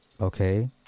okay